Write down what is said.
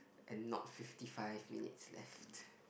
and not fifty five minutes left